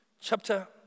chapter